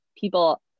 people